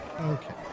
Okay